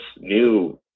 new